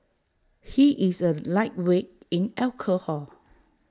he is A lightweight in alcohol